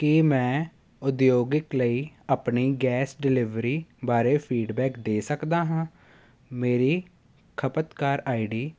ਕੀ ਮੈਂ ਉਦਯੋਗਿਕ ਲਈ ਆਪਣੀ ਗੈਸ ਡਿਲਿਵਰੀ ਬਾਰੇ ਫੀਡਬੈਕ ਦੇ ਸਕਦਾ ਹਾਂ ਮੇਰੀ ਖਪਤਕਾਰ ਆਈਡੀ